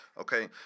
okay